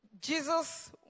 Jesus